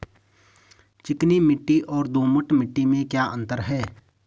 चिकनी मिट्टी और दोमट मिट्टी में क्या अंतर है?